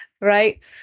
Right